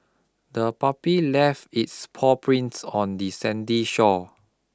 the puppy left its paw prints on the sandy shore